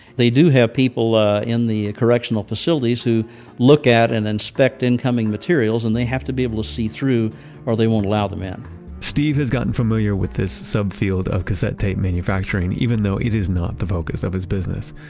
they do have people ah in the correctional facilities who look at and inspect incoming materials and they have to be able to see through or they won't allow them in steve has gotten familiar with this subfield of cassette tape manufacturing even though it is not the focus of his business.